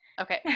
Okay